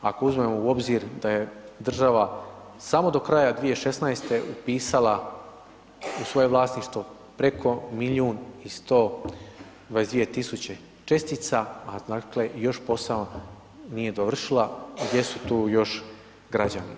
Ako uzmemo u obzir da je država samo do kraja 2016. upisala u svoje vlasništvo preko milijun i 122 tisuće čestice, a dakle, još posao nije dovršila, gdje su tu još građani.